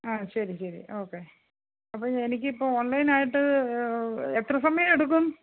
ആ ശരി ശരി ഓക്കെ അപ്പോൾ എനിക്കിപ്പോൾ ഓൺലൈനായിട്ട് എത്ര സമയം എടുക്കും